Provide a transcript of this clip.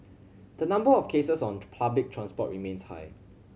the number of cases on public transport remains high